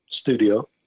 studio